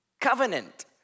Covenant